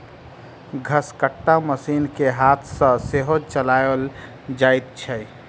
घसकट्टा मशीन के हाथ सॅ सेहो चलाओल जाइत छै